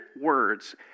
words